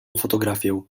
fotografię